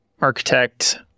architect